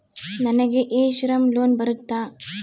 ನನಗೆ e Shram loan ಬರುತ್ತಾ?